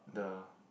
the